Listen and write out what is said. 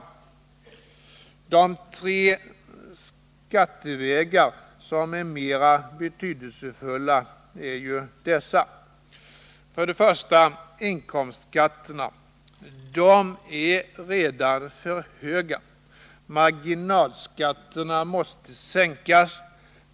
De tre skattevägar som är mera betydelsefulla är dessa: 1. Inkomstskatterna. De är redan för höga, och marginalskatterna måste sänkas.